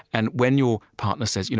and when your partner says, you know